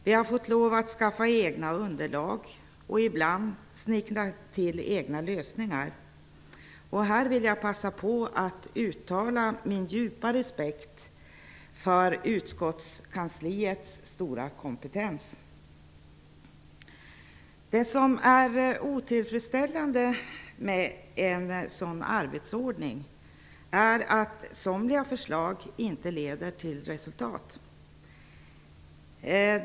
Vi har fått lov att skaffa egna underlag och ibland snicka till egna lösningar. Här vill jag passa på att uttala min djupa respekt för utskottskansliets stora kompetens. Det som är otillfredsställande med en sådan arbetsordning är att somliga förslag inte leder till resultat.